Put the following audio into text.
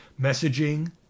messaging